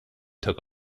took